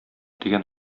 дигән